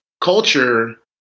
culture